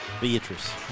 Beatrice